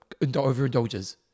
overindulges